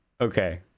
Okay